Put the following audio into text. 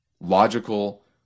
logical